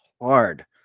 hard